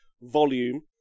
volume